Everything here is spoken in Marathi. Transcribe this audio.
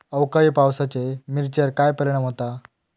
अवकाळी पावसाचे मिरचेर काय परिणाम होता?